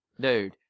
dude